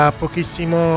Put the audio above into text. pochissimo